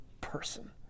person